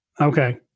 Okay